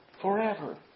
forever